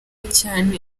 cyane